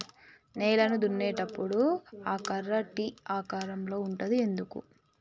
నేలను దున్నేటప్పుడు ఆ కర్ర టీ ఆకారం లో ఉంటది ఎందుకు?